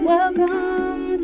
Welcome